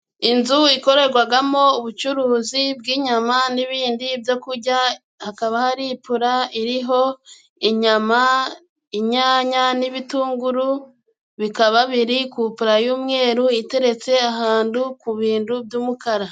Inzu ikorerwamo ubucuruzi bw'inyama n'ibindi byo kurya, hakaba hari ipura iriho inyama, inyanya n'ibitunguru, bikaba biri ku ipura y'mweru iteretse ahantu ku bintu by'umukara.